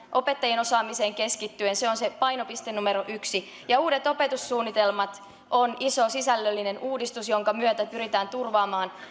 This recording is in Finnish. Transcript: opettajien osaamiseen keskittyen se on se painopiste numero yksi ja uudet opetussuunnitelmat ovat iso sisällöllinen uudistus jonka myötä pyritään turvaamaan